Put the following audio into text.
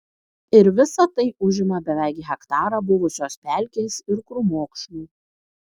ir visa tai užima beveik hektarą buvusios pelkės ir krūmokšnių